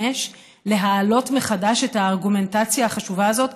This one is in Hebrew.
להעלות מחדש את הארגומנטציה החשובה הזאת,